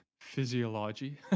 physiology